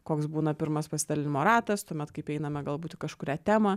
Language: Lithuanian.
koks būna pirmas pasidalinimo ratas tuomet kaip einame galbūt kažkuria tema